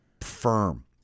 firm